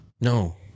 no